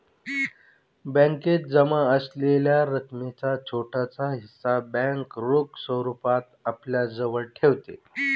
बॅकेत जमा असलेल्या रकमेचा छोटासा हिस्सा बँक रोख स्वरूपात आपल्याजवळ ठेवते